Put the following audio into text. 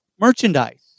merchandise